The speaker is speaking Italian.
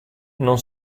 non